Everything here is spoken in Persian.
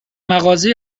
مغازه